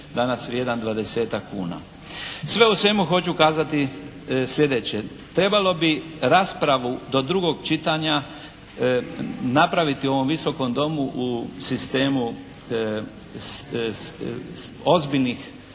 danas vrijedan 20-tak kuna. Sve u svemu hoću kazati sljedeće. Trebalo bi raspravu do drugog čitanja napraviti u ovom Visokom domu u sistemu ozbiljnih